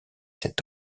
sept